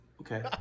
Okay